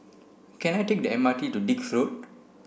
can I take the M R T to Dix Road